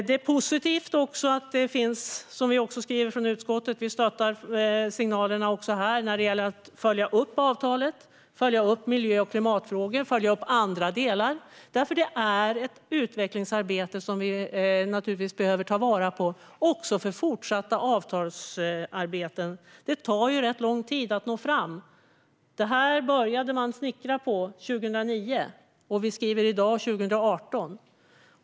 Som vi i utskottet skriver stöttar vi signalerna också här när det gäller att följa upp avtalet, miljö och klimatfrågor och andra delar. Det är ett utvecklingsarbete som vi behöver ta vara på också inför det fortsatta avtalsarbetet. Det tar ju rätt lång tid att nå fram. Det här avtalet började man snickra på 2009, och i dag skriver vi 2018.